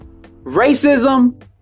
Racism